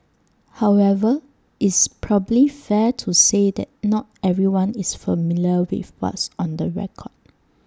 however is probably fair to say that not everyone is familiar with what's on the record